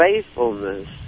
faithfulness